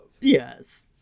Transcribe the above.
Yes